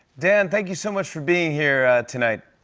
dan, thank you so much for being here tonight.